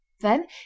Then